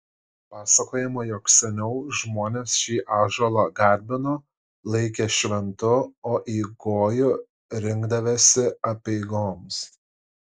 pasakojama jog seniau žmonės šį ąžuolą garbino laikė šventu o į gojų rinkdavęsi apeigoms